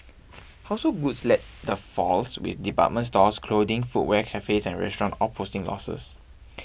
household goods led the falls with department stores clothing footwear cafes and restaurant all posting losses